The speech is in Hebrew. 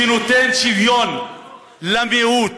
שנותנת שוויון למיעוט,